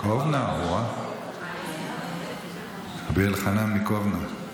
קובנה, או-אה, רבי אלחנן מקובנה.